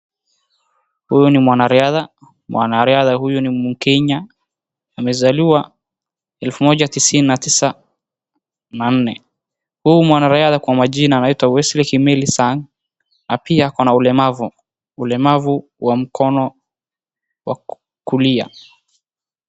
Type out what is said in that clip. Huyu ni mwanariadha .Mwanariadha huyu ni Mkenya amezaliwa elfu moja tisini na tisa na nne huyu mwana riadha kwa majina anitwa Wesley Kimeli Sang na pia ako na ulemavu .Ulemavu wa mkono wa kulia.